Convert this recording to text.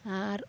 ᱟᱨ